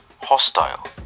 Hostile